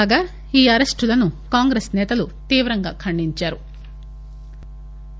కాగా ఈ అరెస్టులను కాంగ్రెస్ నేతలు తీవ్రంగా ఖండించారు